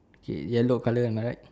K yellow colour am I right